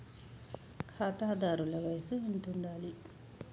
ఖాతాదారుల వయసు ఎంతుండాలి?